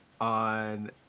on